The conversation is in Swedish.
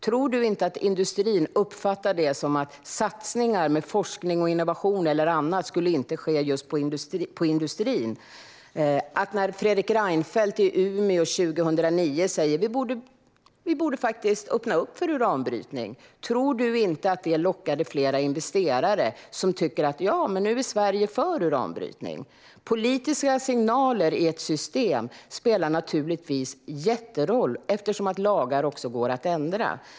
Tror du inte att industrin uppfattade det som att satsningar på forskning och innovation eller annat inte skulle ske just i industrin? Fredrik Reinfeldt sa i Umeå 2009 att vi faktiskt borde öppna upp för uranbrytning. Tror du inte att det lockade flera investerare som tänkte att Sverige nu är för uranbrytning? Politiska signaler i ett system spelar naturligtvis en jätteroll, eftersom lagar går att ändra.